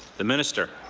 the minister.